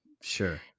Sure